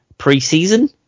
pre-season